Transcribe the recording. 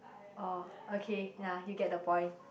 oh okay ya you get the point